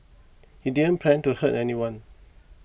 he didn't plan to hurt anyone